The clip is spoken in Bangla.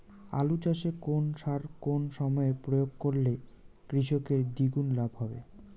আলু চাষে কোন সার কোন সময়ে প্রয়োগ করলে কৃষকের দ্বিগুণ লাভ হবে?